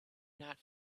not